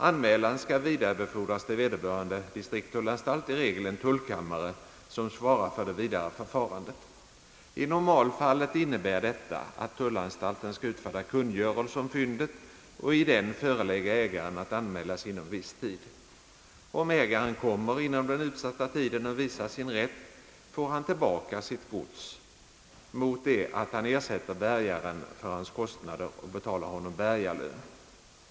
Anmälan skall vidarebefordras till vederbörande distrikttullanstalt, i regel en tullkammare, som svarar för det vidare förfarandet. I normalfallet innebär detta, att tullanstalten skall utfärda kungörelse om fyndet och i den förelägga ägaren att anmäla sig inom viss tid. Om ägaren kommer inom den utsatta tiden och visar sin rätt, får han tillbaka sitt gods mot det att han ersätter bärgaren för hans kostnader och betalar honom bärgarlön.